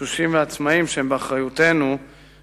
תשושים ועצמאים שהם באחריותנו,